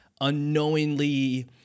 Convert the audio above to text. unknowingly